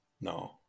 No